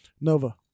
Nova